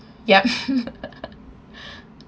yup